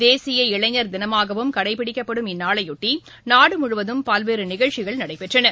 தேசிய இளைஞர் தினமாகவும் கடைபிடிக்கப்படும் இந்நாளையொட்டி நாடு முழுவதும் பல்வேறு நிகழ்ச்சிகள் நடைபெற்றன